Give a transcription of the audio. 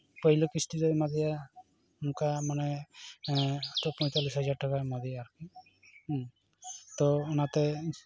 ᱯᱳᱭᱞᱳ ᱠᱤᱥᱛᱤ ᱫᱚ ᱮᱢᱟᱫᱮᱭᱟ ᱚᱱᱠᱟ ᱢᱟᱱᱮ ᱮᱸᱜ ᱯᱚᱸᱭᱛᱟᱞᱞᱤᱥ ᱦᱟᱡᱟᱨ ᱴᱟᱠᱟᱭ ᱮᱢᱟᱫᱮᱭᱟ ᱟᱨᱠᱤ ᱦᱮᱸ ᱛᱳ ᱚᱱᱟᱛᱮ